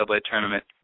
tournament